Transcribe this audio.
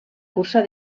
cursa